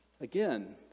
Again